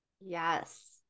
Yes